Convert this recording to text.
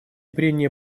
прения